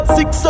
Six